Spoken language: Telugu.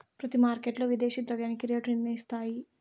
ప్రతి మార్కెట్ విదేశీ ద్రవ్యానికి రేటు నిర్ణయిస్తాయి